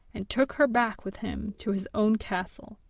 and took her back with him to his own castle.